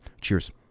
Cheers